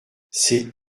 c’est